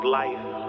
life